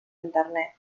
internet